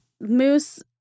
Moose